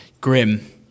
grim